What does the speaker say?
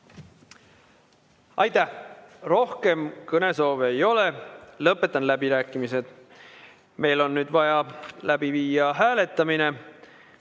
Aitäh! Rohkem kõnesoove ei ole, lõpetan läbirääkimised. Meil on nüüd vaja läbi viia hääletamine.